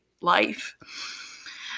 life